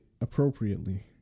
appropriately